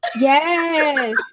yes